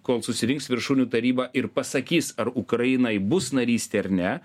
kol susirinks viršūnių taryba ir pasakys ar ukrainai bus narystė ar ne